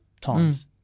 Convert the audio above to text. times